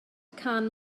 cân